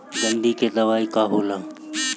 गंधी के दवाई का होला?